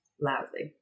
loudly